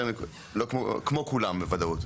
כמו כולם בוודאות.